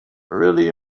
really